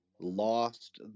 lost